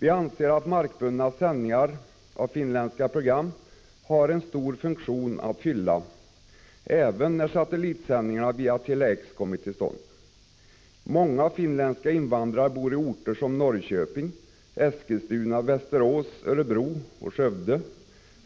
Vi anser att markbundna sändningar av finländska TV-program har en stor funktion att fylla även när satellitsändningarna via Tele-X kommit till stånd. Många finländska invandrare bor i orter som Norrköping, Eskilstuna, Västerås, Örebro och Skövde